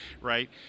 right